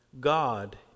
God